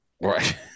Right